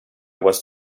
was